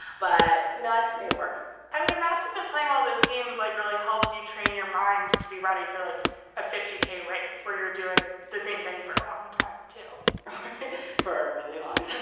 but, you know, i just made it work i would imagine that playing all those games, like, really helps you train your mind to be ready for like a fifty k race where you're doing the same thing for a long time to for a really long